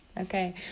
Okay